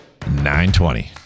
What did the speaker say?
920